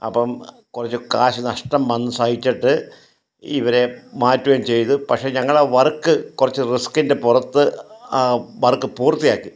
അപ്പം കുറച്ച് കാശ് നഷ്ടം വന്ന് സഹിച്ചട്ട് ഇവരെ മറ്റുവേം ചെയ്തു പക്ഷേ ഞങ്ങൾ വർക്ക് കുറച്ച് റിസ്ക്കിൻ്റെ പുറത്ത് ആ വർക്ക് പൂർത്തിയാക്കി